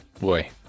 boy